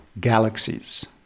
galaxies